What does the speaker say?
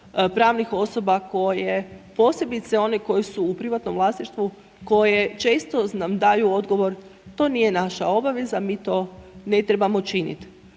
pravnih osoba koje, posebice one koje su u privatnom vlasništvu, koje često nam daju odgovor, to nije naša obaveza, mi to ne trebamo činit.